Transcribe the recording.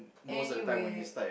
anyway